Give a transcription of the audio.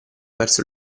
verso